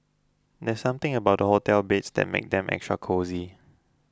there's something about hotel beds that makes them extra cosy